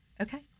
Okay